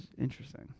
Interesting